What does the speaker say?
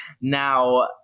Now